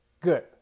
Good